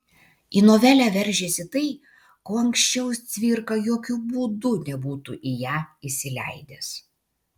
į novelę veržiasi tai ko anksčiau cvirka jokiu būdu nebūtų į ją įsileidęs